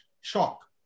shock